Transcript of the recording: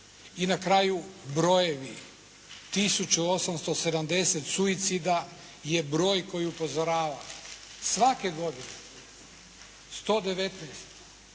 I na kraju brojevi. Tisuću 870 suicida je broj koji upozorava. Svake godine 119